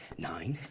nine,